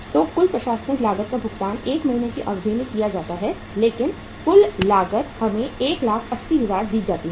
तो कुल प्रशासनिक लागत का भुगतान 1 महीने की अवधि में किया जाता है लेकिन कुल लागत हमें 180000 दी जाती है